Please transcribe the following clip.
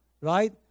right